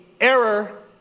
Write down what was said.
error